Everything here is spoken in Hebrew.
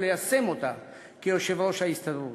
וליישם אותה כיושב-ראש ההסתדרות.